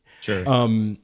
Sure